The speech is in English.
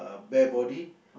bare body